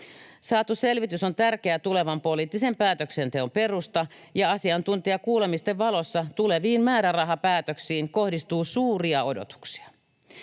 Saatu selvitys on tärkeä tulevan poliittisen päätöksenteon perusta, ja asiantuntijakuulemisten valossa tuleviin määrärahapäätöksiin kohdistuu suuria odotuksia.